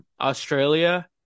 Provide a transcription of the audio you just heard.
Australia